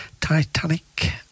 *Titanic*